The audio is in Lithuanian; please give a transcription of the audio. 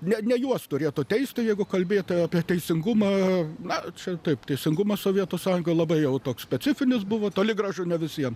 ne ne juos turėtų teisti jeigu kalbėt apie teisingumą na čia taip teisingumas sovietų sąjungoj labai jau toks specifinis buvo toli gražu ne visiem